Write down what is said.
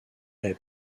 est